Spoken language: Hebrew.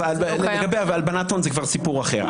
לגבי הלבנת הון זה כבר סיפור אחר.